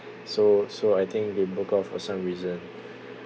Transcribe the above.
so so I think they broke off for some reason